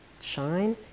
shine